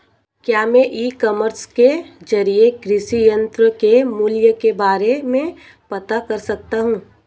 क्या मैं e commerce के ज़रिए कृषि यंत्र के मूल्य के बारे में पता कर सकता हूँ?